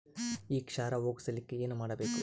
ಈ ಕ್ಷಾರ ಹೋಗಸಲಿಕ್ಕ ಏನ ಮಾಡಬೇಕು?